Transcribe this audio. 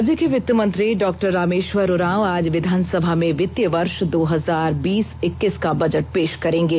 राज्य के वित्त मंत्री डॉ रामेष्वर उरांव आज विधानसभा में वित्तीय वर्ष दो हजार बीस इक्कीस का बजट पेष करेंगे